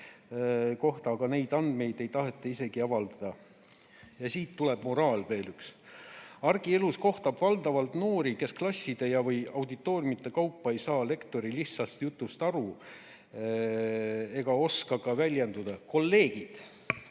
kohta (aga neid andmeid ei taheta isegi avaldada)." Ja siit tuleb moraal, veel üks: "Argielus kohtab valdavalt noori, kes klasside ja/või auditooriumite kaupa ei saa lektori lihtsast jutust enam aru ega oska ka väljenduda." Kolleegid!